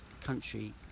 country